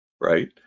right